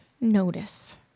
notice